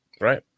Right